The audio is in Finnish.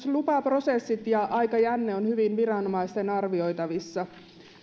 lupaprosessit ja aikajänne ovat hyvin viranomaisten arvioitavissa